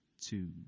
two